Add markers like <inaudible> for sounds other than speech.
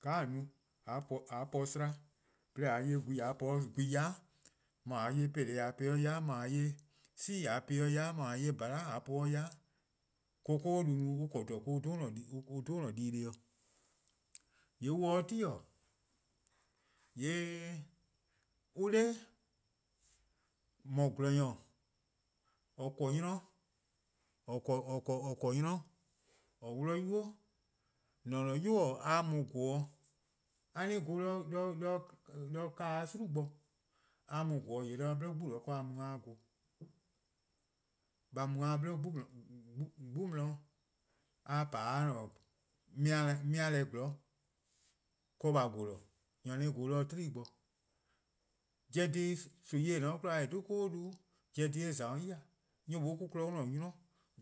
:Ka :a no-a <hesitation> 'de :a po-a 'slaa, 'de :mor :a 'ye gwehn-yor-eh 'de :a po-eh 'de yai', :mor :a 'ye 'peleh-buo :a po-or 'de yai', :mor :a 'ye 'si-eh :a po-eh 'de yai', :mor :a 'ye :bhala' :a po-or 'de yai', :kaa 'koko' 'du-a no on 'ble :dha <hesitation> an dhe an-a'a: dii-dih+ dih. :yee' on se 'o :sie-dih:, :yee' on 'da :mor gwlor-nyor :or :korn-a 'nynor, <hesitation> :or 'wluh-a 'nynuu', mor-: an-a'a: 'yu-: :mor a mu vorn-' a-a :vorn-dih 'do 'o <hesitation> 'kaa-a :gwie: 'i, :mor a mu vorn-' :yee' a mu 'de a 'bli 'de a 'ye :vorn-dih. A mu 'de a 'nli 'gbu di, :mor a pa 'de a-a'a: <hesitation> mea'-deh 'zorn 'de a 'ye :vorn-dih, nyor-a :vorn-dih 'o 'kpa ken. Pobo: dhih nimi-eh :eh :ne-a 'de 'kwla eh :za-' ya :e, an 'da-dih-a 'koko'-du, nyor :noo' mo-a kpon an-a' nynor